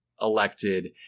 elected